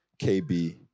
kb